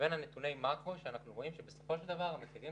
לבין נתוני המקרו שאנחנו רואים שבסופו של דבר המחירים